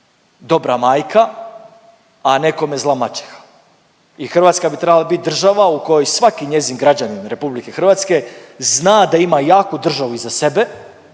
dobra majka, a nekome zla maćeha. I Hrvatska bi trebala bit država u kojoj svaki njezin građanin Republike Hrvatske zna da ima jaku državu iza sebe,